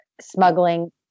smuggling